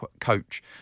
coach